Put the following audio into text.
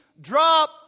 drop